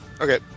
Okay